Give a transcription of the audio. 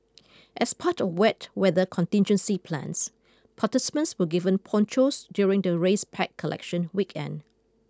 as part of wet weather contingency plans participants were given ponchos during the race pack collection weekend